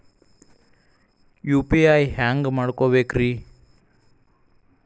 UPI ಹ್ಯಾಂಗ ಮಾಡ್ಕೊಬೇಕ್ರಿ?